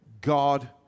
God